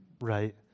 right